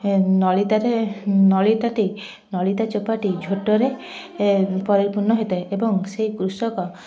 ନଳିତାରେ ନଳିତାଟି ନଳିତା ଚୋପାଟି ଝୋଟରେ ପରିପୂର୍ଣ୍ଣ ହେଇଥାଏ ଏବଂ ସେ କୃଷକ